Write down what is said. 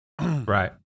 Right